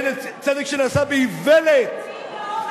צדק שנעשה באיוולת,